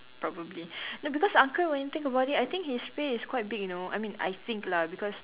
probably no because uncle when you think about it I think his pay is quite big you know I mean I think lah because